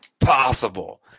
possible